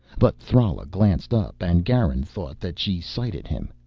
but thrala glanced up and garin thought that she sighted him.